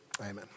Amen